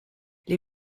les